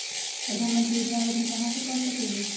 प्रधानमंत्री योजना में आवेदन कहा से कर सकेली?